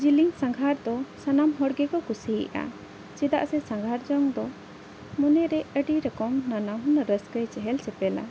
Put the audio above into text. ᱡᱤᱞᱤᱧ ᱥᱟᱸᱜᱷᱟᱨ ᱫᱚ ᱥᱟᱱᱟᱢ ᱦᱚᱲ ᱜᱮᱠᱚ ᱠᱩᱥᱤᱭᱟᱜᱼᱟ ᱪᱮᱫᱟᱜ ᱥᱮ ᱥᱟᱸᱜᱷᱟᱨ ᱡᱚᱝ ᱫᱚ ᱢᱚᱱᱮ ᱨᱮ ᱟᱹᱰᱤ ᱨᱚᱠᱚᱢ ᱱᱟᱱᱟ ᱦᱩᱱᱟᱹᱨ ᱨᱟᱹᱥᱠᱟᱹᱭ ᱪᱮᱦᱮᱞ ᱪᱮᱯᱮᱞᱟ